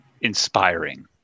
inspiring